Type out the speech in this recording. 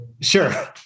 Sure